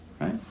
right